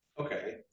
Okay